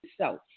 self